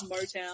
motown